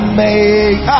make